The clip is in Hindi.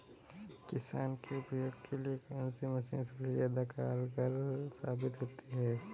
किसान के उपयोग के लिए कौन सी मशीन सबसे ज्यादा कारगर साबित होती है?